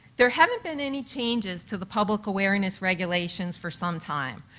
there haven't been any changes to the public awareness regulations for some time.